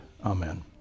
Amen